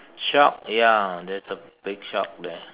shark ya there's a big shark there